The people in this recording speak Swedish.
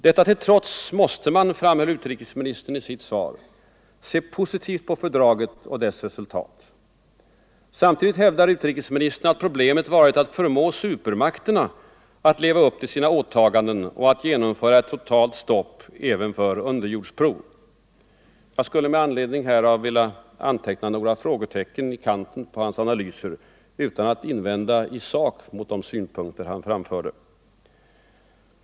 Detta till trots måste man — framhöll utrikesministern i sitt svar — se positivt på fördraget och dess resultat. Samtidigt hävdar utrikesministern att problemet varit att förmå supermakterna att leva upp till sina åtaganden och att genomföra ett totalt stopp även för underjordsprov. Jag skulle med anledning härav vilja anteckna några frågetecken i kanten på hans analyser, utan att direkt invända mot de synpunkter han framförde.